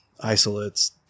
isolates